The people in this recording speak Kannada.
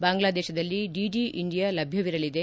ಬಾಂಗ್ಲಾದೇಶದಲ್ಲಿ ಡಿಡಿ ಇಂಡಿಯಾ ಲಭ್ಯವಿರಲಿದೆ